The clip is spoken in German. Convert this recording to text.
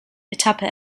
etappe